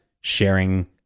sharing